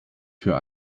für